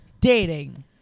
dating